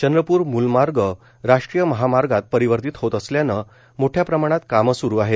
चंद्रपूर मूल मार्ग राष्ट्रीय महामार्गात परिवर्तित होत असल्यानं मोठ्या प्रमाणात कामं स्रू आहेत